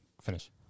finish